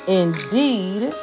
indeed